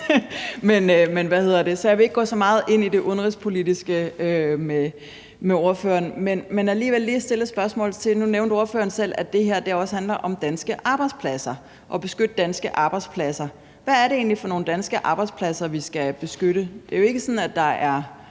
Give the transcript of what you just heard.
i Køge. Så jeg vil ikke gå så meget ind i det udenrigspolitiske med ordføreren. Men jeg vil alligevel lige stille et spørgsmål. Nu nævnte ordføreren selv, at det her også handler om danske arbejdspladser, altså om at beskytte danske arbejdspladser. Hvad er det egentlig for nogen danske arbejdspladser, vi skal beskytte? Det er jo ikke sådan, at der f.eks.